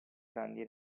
grandi